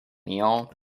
meal